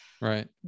Right